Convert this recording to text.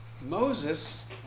Moses